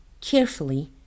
carefully